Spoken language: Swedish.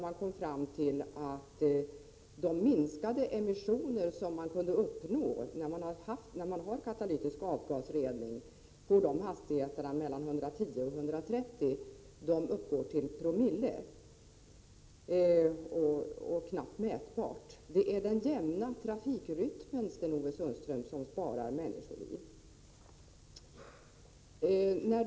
Man kom där fram till att de emissionsminskningar som kunde uppnås med katalytisk avgasrening vid hastigheter mellan 110 och 130 km/tim uppgår till någon promille, dvs. var knappt mätbara. Det är den jämna trafikrytmen, Sten-Ove Sundström, som spar människoliv och miljö.